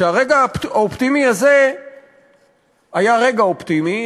שהרגע האופטימי הזה היה רגע אופטימי,